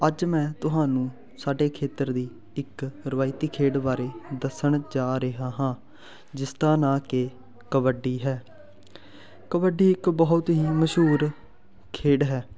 ਅੱਜ ਮੈਂ ਤੁਹਾਨੂੰ ਸਾਡੇ ਖੇਤਰ ਦੀ ਇੱਕ ਰਵਾਇਤੀ ਖੇਡ ਬਾਰੇ ਦੱਸਣ ਜਾ ਰਿਹਾ ਹਾਂ ਜਿਸ ਦਾ ਨਾਂ ਕਿ ਕਬੱਡੀ ਹੈ ਕਬੱਡੀ ਇੱਕ ਬਹੁਤ ਹੀ ਮਸ਼ਹੂਰ ਖੇਡ ਹੈ